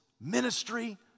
ministry